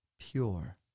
pure